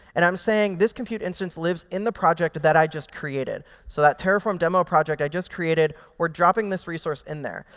and i'm saying this compute instance lives in the project that i just created. so that terraform demo project i just created, we're dropping this resource in there.